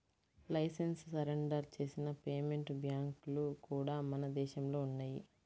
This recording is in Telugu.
లైసెన్స్ సరెండర్ చేసిన పేమెంట్ బ్యాంక్లు కూడా మన దేశంలో ఉన్నయ్యి